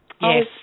Yes